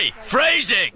phrasing